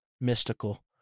mystical